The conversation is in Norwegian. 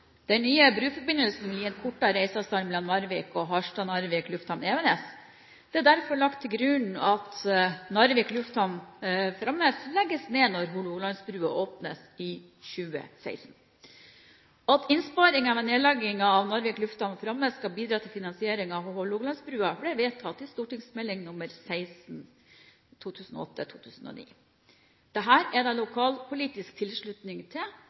Den nye bruforbindelsen vil gi en kortere reiseavstand mellom Narvik og Harstad/Narvik lufthavn, Evenes. Det er derfor lagt til grunn at Narvik lufthavn, Framnes, legges ned når Hålogalandsbrua åpnes i 2016. At innsparingen ved nedleggingen av Narvik lufthavn, Framnes, skal bidra til at finansieringen av Hålogalandsbrua, ble vedtatt i St.meld. nr. 16 for 2008–2009. Dette er det lokal politisk tilslutning til.